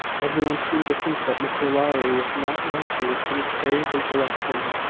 everyone seemed to think that mr lowry was not likely to carry his election,